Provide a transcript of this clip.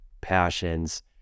passions